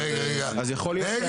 אתה